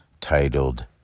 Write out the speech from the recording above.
titled